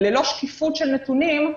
ללא שקיפות של נתונים,